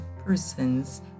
persons